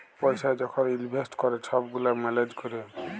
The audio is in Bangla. পইসা যখল ইলভেস্ট ক্যরে ছব গুলা ম্যালেজ ক্যরে